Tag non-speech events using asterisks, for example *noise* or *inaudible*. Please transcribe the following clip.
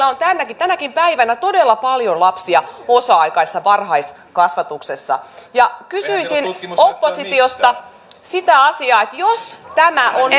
*unintelligible* on tänäkin päivänä todella paljon lapsia osa aikaisessa varhaiskasvatuksessa ja kysyisin oppositiosta sitä asiaa jos tämä on *unintelligible*